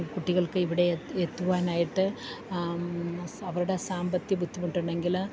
കുട്ടികൾക്കിവിടെ എത്തുവാനായിട്ട് അവരുടെ സാമ്പത്തിക ബുദ്ധിമുട്ടുണ്ടെങ്കില്